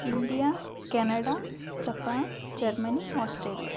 India Canada Japan Germany Australia